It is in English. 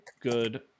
good